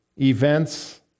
events